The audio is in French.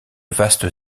vaste